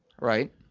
Right